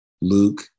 Luke